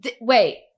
Wait